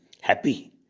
happy